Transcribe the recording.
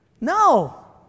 No